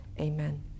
amen